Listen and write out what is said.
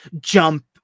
jump